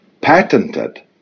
patented